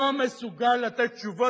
לא מסוגל לתת תשובות,